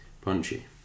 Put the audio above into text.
punchy